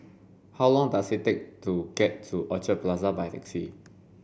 how long does it take to get to Orchard Plaza by taxi